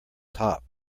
top